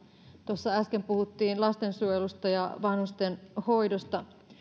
tuossa äsken puhuttiin lastensuojelusta ja vanhustenhoidosta